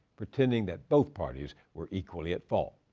pretending that both parties were equally at fault.